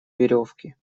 веревки